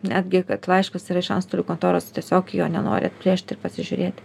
netgi kad laiškas yra iš antstolių kontoros tiesiog jo nenori atplėšti ir pasižiūrėti